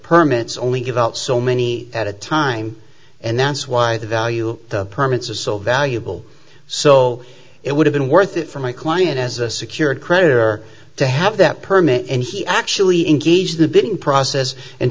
permits only give out so many at a time and that's why the value of the permits is so valuable so it would have been worth it for my client as a secured credit or to have that permit and he actually engage the bidding process and